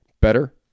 better